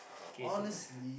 okay